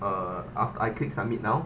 uh I I click submit now